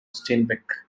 steinbeck